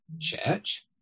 church